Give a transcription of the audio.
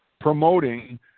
promoting